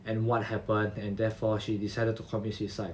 and what happened and therefore she decided to commit suicide